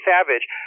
Savage